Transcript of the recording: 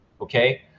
okay